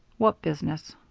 what business?